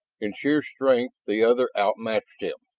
in sheer strength the other outmatched him.